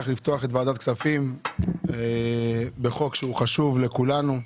לפתוח אותה מכיוון שאנחנו דנים בחוק שהוא חשוב לכולנו.